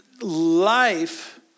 life